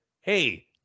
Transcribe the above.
hey